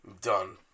Done